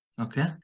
Okay